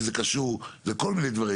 שזה קשור לכל מיני דברים.